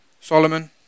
Solomon